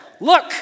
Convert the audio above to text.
Look